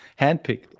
handpicked